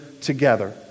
together